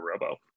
robo